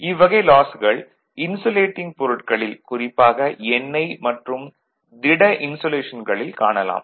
இவ்வகை லாஸ்கள் இன்சுலேடிங் பொருட்களில் குறிப்பாக எண்ணெய் மற்றும் திட இன்சுலேஷன்களில் காணலாம்